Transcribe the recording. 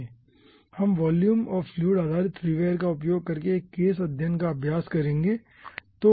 हम volume of fluid आधारित freeware का उपयोग करके एक केस अध्ययन का अभ्यास करेंगे